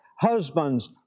husbands